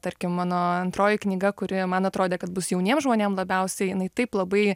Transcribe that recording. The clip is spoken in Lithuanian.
tarkim mano antroji knyga kuri man atrodė kad bus jauniem žmonėm labiausiai jinai taip labai